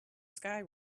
sky